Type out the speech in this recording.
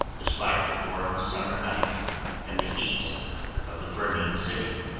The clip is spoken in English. despite the warm summer night and the heat of the burning city.